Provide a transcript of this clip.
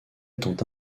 étant